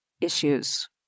issues